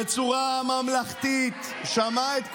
בצורה ממלכתית, שמע את כולם,